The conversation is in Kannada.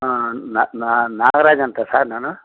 ಹಾಂ ನಾಗರಾಜ ಅಂತ ಸರ್ ನಾನು